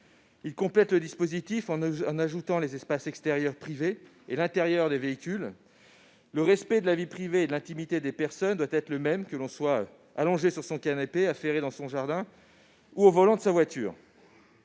à compléter le dispositif en y ajoutant les espaces extérieurs privés et l'intérieur des véhicules. Le respect de la vie privée et de l'intimité des personnes doit être le même dans tous les cas, que l'on soit allongé sur son canapé, affairé dans son jardin ou au volant de sa voiture.